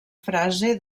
frase